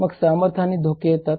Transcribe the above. मग सामर्थ्य आणि धोके येतात